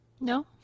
No